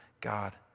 God